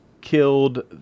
killed